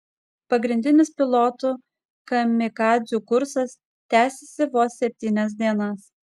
pagrindinis pilotų kamikadzių kursas tęsėsi vos septynias dienas